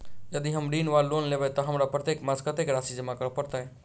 यदि हम ऋण वा लोन लेबै तऽ हमरा प्रत्येक मास कत्तेक राशि जमा करऽ पड़त?